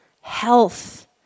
health